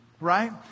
right